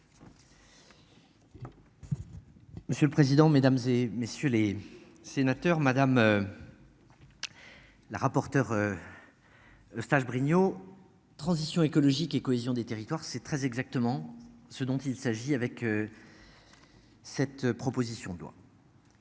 Monsieur le président, Mesdames, et messieurs les sénateurs Madame. La rapporteure. Eustache-Brinio. Transition écologique et cohésion des territoires. C'est très exactement ce dont il s'agit avec. Cette proposition de loi.